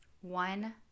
One